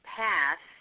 pass